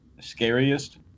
scariest